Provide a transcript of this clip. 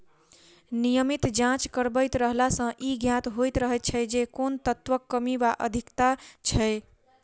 नियमित जाँच करबैत रहला सॅ ई ज्ञात होइत रहैत छै जे कोन तत्वक कमी वा अधिकता छै